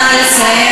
נא לסיים.